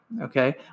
okay